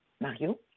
Mario